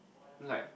like